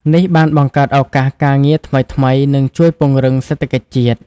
នេះបានបង្កើតឱកាសការងារថ្មីៗ និងជួយពង្រឹងសេដ្ឋកិច្ចជាតិ។